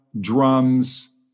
drums